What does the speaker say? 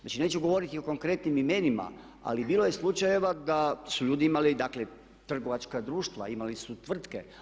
Znači, neću govoriti o konkretnim imenima, ali bilo je slučajeva da su ljudi imali, dakle trgovačka društva, imali su tvrtke.